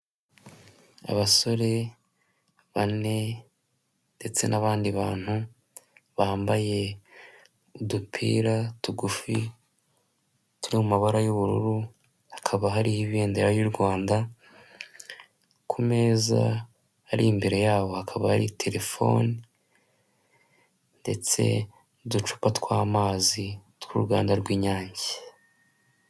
Abasore bane ndetse n'abandi bantu bambaye udupira tugufi turi mu mabara y'ubururu, hakaba hari ibendera ry'u Rwanda, ku meza ari imbere yabo hakaba hari telefoni ndetse n'uducupa tw'amazi tw'uruganda rw'Inyange.